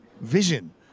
vision